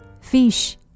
Fish